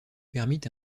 permit